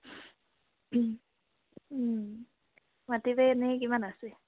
মাটি বাৰি এনে কিমান আছে